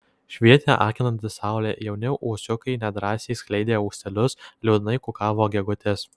švietė akinanti saulė jauni uosiukai nedrąsiai skleidė ūselius liūdnai kukavo gegutės